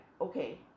okay